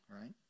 right